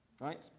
right